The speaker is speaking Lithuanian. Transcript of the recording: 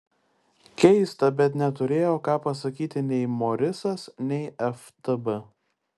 keista bet neturėjo ką pasakyti nei morisas nei ftb